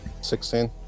Sixteen